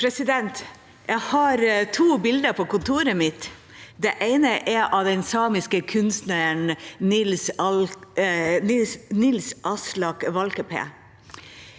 Jeg har to bilder på kontoret mitt. Det ene er av den samiske kunstneren Nils-Aslak Valkeapää.